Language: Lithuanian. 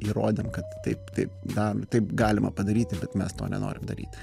įrodėm kad taip taip daro taip galima padaryti bet mes to nenorim daryti